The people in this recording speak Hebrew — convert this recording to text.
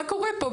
מה קורה פה?